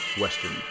Western